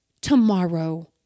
tomorrow